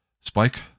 Spike